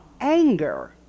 anger